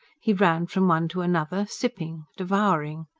he ran from one to another, sipping, devouring.